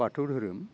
बाथौ दोहोरोम